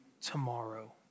tomorrow